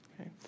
Okay